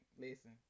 Listen